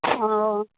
অঁ